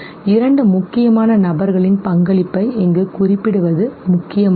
இரண்டு முக்கியமான நபர்களின் பங்களிப்பை இங்கு குறிப்பிடுவது முக்கியமாகும்